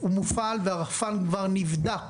הוא מופעל, והרחפן כבר נבדק